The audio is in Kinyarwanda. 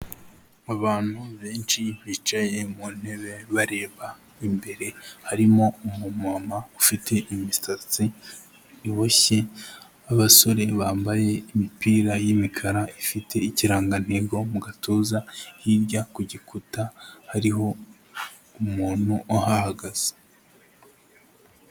Abantu benshi bicaye mu ntebe bareba imbere harimo umumama ufite imisatsi iboshye abasore bambaye imipira y'imikara ifite ikirangantego mu gatuza hirya ku gikuta hariho umuntu uhahagaze.